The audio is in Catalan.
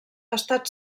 estat